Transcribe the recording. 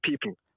people